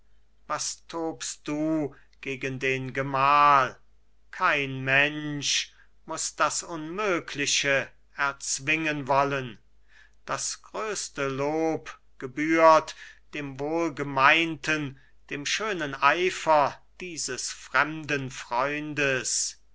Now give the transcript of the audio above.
was tobst du gegen den gemahl kein mensch muß das unmögliche erzwingen wollen das größte lob gebührt dem wohlgemeinten dem schönen eifer dieses fremden freundes